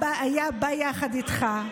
היה בא יחד איתך,